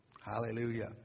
Hallelujah